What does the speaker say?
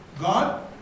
God